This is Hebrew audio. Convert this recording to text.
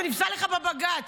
זה נפסל לך בבג"ץ.